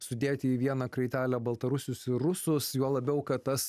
sudėti į vieną kraitelę baltarusius ir rusus juo labiau kad tas